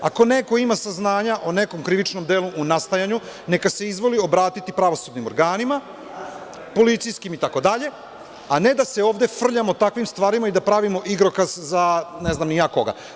Ako neko ima saznanja o nekom krivičnom delu u nastajanju, neka se izvoli obratiti pravosudnim organima, policijskim itd, a ne da se ovde frljamo takvim stvarima i da pravimo igrokaz za ne znam ni je koga.